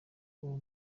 uwo